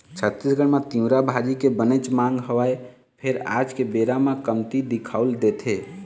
छत्तीसगढ़ म तिंवरा भाजी के बनेच मांग हवय फेर आज के बेरा म कमती दिखउल देथे